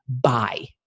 buy